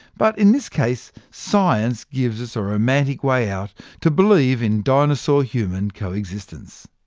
but in this case, science gives us a romantic way out to believe in dinosaur human co-existence.